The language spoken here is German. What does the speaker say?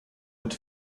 mit